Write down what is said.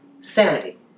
sanity